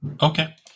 Okay